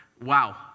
wow